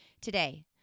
today